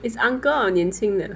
he is a uncle or 年轻的